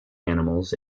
animals